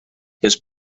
his